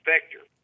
vector